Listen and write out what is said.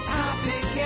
topic